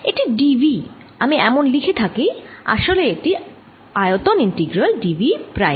এটি dV আমি এমন লিখে থাকি আসলে এটি আয়তন ইন্টিগ্রাল dV প্রাইম